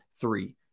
three